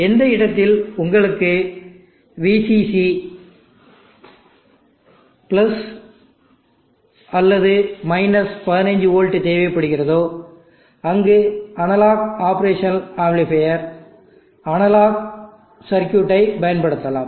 எந்த இடத்தில் உங்களுக்கு VCC or 15 volts தேவைப்படுகிறதோ அங்கு analogue operational amplifier analogue circuit ஐ பயன்படுத்தலாம்